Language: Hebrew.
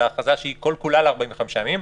אלא הכרזה שהיא כל כולה ל-45 ימים.